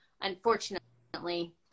unfortunately